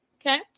Okay